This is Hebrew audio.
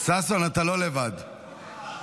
חוק הסיוע המשפטי (תיקון מס'